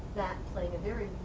playing a very